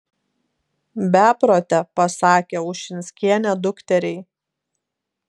beprote pasakė ušinskienė dukteriai